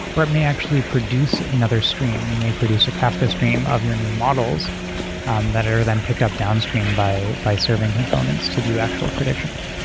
or it may actually produce another stream. you may produce a kafka stream of your new models and that are then picked up downstream by by serving components to do actual predications.